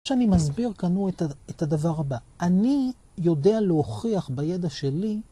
כשאני מסביר כאן את הדבר הבא, אני יודע להוכיח בידע שלי